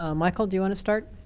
ah michael, do you want to start?